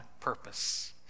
purpose